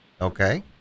Okay